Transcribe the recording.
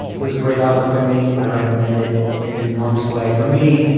um it was a great outlet for me. i recommend it in an enormous way. for me,